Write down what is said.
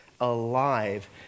alive